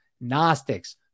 Gnostics